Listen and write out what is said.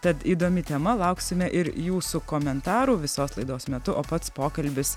tad įdomi tema lauksime ir jūsų komentarų visos laidos metu o pats pokalbis